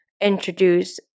introduce